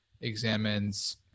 examines